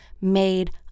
made